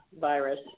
virus